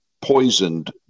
poisoned